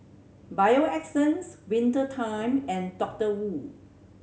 Bio Essence Winter Time and Doctor Wu